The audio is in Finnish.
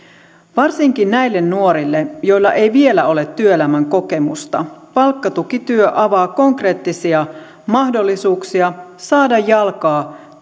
varsinkin näille nuorille joilla ei vielä ole työelämän kokemusta palkkatukityö avaa konkreettisia mahdollisuuksia saada jalkaa